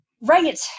Right